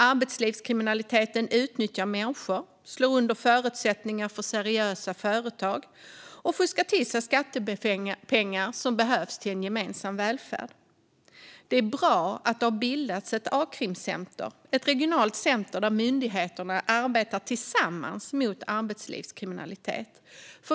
Arbetslivskriminaliteten utnyttjar människor, slår undan förutsättningar för seriösa företag och fuskar till sig skattepengar som behövs till vår gemensamma välfärd. Det är bra att det har bildats ett a-krimcenter, ett regionalt center där myndigheter arbetar tillsammans mot arbetslivskriminalitet.